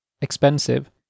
expensive